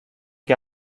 que